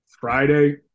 Friday